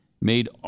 made